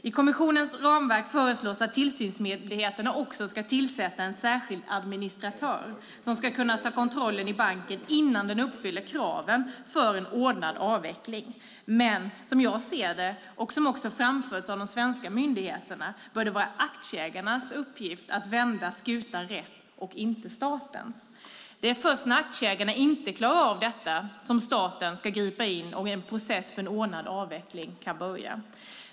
I kommissionens ramverk föreslås att tillsynsmyndigheterna också ska kunna tillsätta en särskild administratör, som kan ta kontrollen i banken innan den uppfyller kraven för en ordnad avveckling. Men som jag ser det - och som också de svenska myndigheterna har framfört - bör det vara aktieägarnas och inte statens uppgift att vända skutan rätt. Det är först när aktieägarna inte klarar av detta som staten ska gripa in och en process för en ordnad avveckling kan börja.